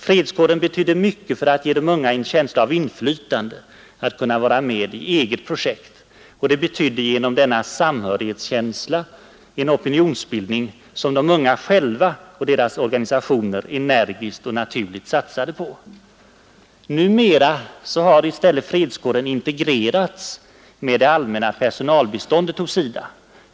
Fredskåren betydde mycket för att ge de unga en känsla av inflytande, en möjlighet att kunna vara med i ett eget projekt, och den betydde genom denna samhörighetskänsla en opinionsbildning som de unga själva och deras organisationer energiskt och naturligt satsade på. Numera har i stället fredskåren integrerats med det allmänna personalbeståndet hos SIDA.